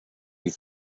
you